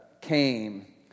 came